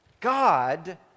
God